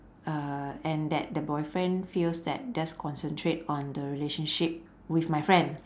uh and that the boyfriend feels that just concentrate on the relationship with my friend